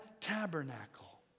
tabernacle